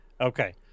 Okay